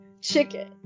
chicken